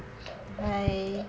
hi